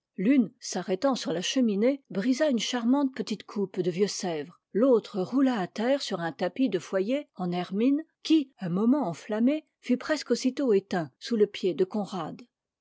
l'une s'arrêtant sur la cheminée brisa une charmante petite coupe de vieux sèvres l'autre roula à terre sur un tapis de foyer en hermine qui un moment enflammé fut presque aussitôt éteint sous le pied de conrad